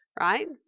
Right